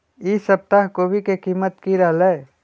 ई सप्ताह कोवी के कीमत की रहलै?